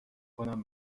کنم